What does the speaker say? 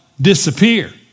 disappear